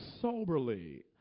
soberly